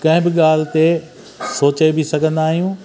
कंहिं बि ॻाल्हि ते सोचे बि सघंदा आहियूं